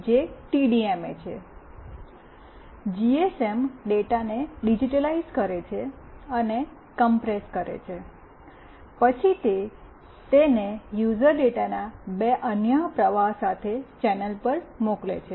દરેક તેના પોતાના સમય સ્લોટમાં જીએસએમ ડેટાને ડિજિટાઇઝ કરે છે અને કોમ્પ્રેસ કરે છે પછી તે તેને યુઝર ડેટાના બે અન્ય પ્રવાહ સાથે ચેનલ પર મોકલે છે